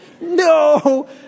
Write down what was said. No